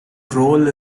role